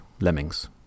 lemmings